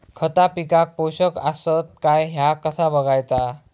खता पिकाक पोषक आसत काय ह्या कसा बगायचा?